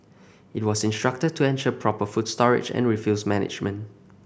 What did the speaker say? it was instructed to ensure proper food storage and refuse management